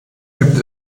gibt